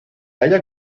halla